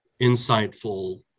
insightful